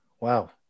wow